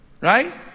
right